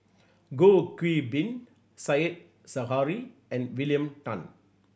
Goh Qiu Bin Said Zahari and William Tan